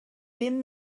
bum